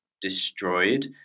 destroyed